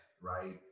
right